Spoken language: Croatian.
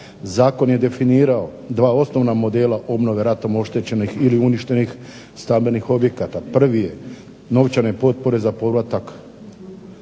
Zakon je definirao 2 osnovna modela obnove ratom oštećenih ili uništenih stambenih objekata. Prvi je novčane potpore za popravak